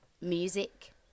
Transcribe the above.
music